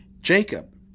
Jacob